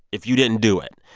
if you didn't do it.